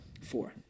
Four